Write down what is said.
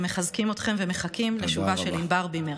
מחזקים אתכם ומחכים לשובה של ענבר במהרה.